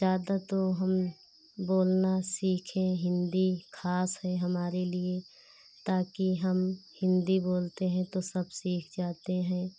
ज़्यादा तो हम बोलना सीखे हिन्दी ख़ास है हमारे लिए ताकि हम हिन्दी बोलते हैं तो सब सीख जाते हैं